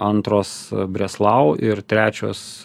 antros breslau ir trečios